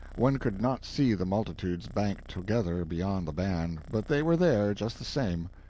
one could not see the multitudes banked together beyond the ban, but they were there, just the same.